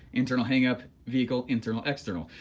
internal hangup, vehicle, internal, external,